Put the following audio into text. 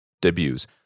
debuts